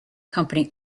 company